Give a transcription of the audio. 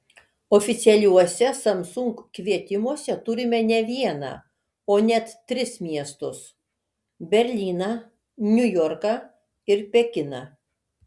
oficialiuose samsung kvietimuose turime ne vieną o net tris miestus berlyną niujorką ir pekiną